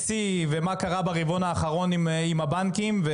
שיא ומה קרה ברבעון האחרון עם הבנקים.